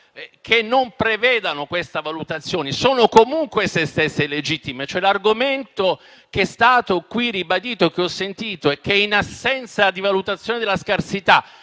che non prevedano queste valutazioni sono comunque esse stesse illegittime. L'argomento che è stato qui ribadito e che ho sentito, ossia che in assenza di valutazioni della scarsità